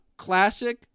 Classic